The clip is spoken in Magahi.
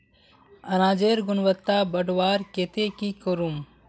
अनाजेर गुणवत्ता बढ़वार केते की करूम?